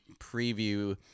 preview